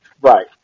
Right